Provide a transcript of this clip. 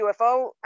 ufo